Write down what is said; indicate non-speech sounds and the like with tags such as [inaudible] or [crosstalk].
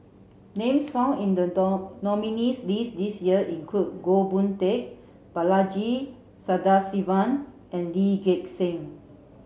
names found in the [unintelligible] nominees' list this year include Goh Boon Teck Balaji Sadasivan and Lee Gek Seng